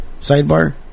Sidebar